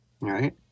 right